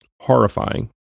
horrifying